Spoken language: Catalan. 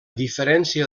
diferència